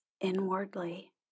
inwardly